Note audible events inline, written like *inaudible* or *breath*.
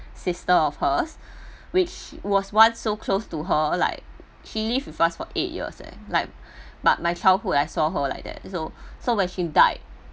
sister of hers *breath* which was once so close to her like she lives with us for eight years eh like *breath* but my childhood I saw her like that so *breath* so when she died